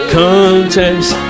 contest